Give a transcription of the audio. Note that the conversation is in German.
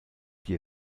die